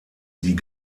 die